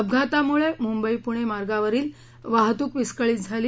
अपघातामुळं मुंबई पुणे मार्गावरील वाहतूक विस्कळीत झाली